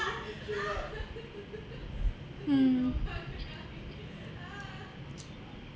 mm